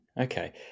Okay